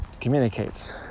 communicates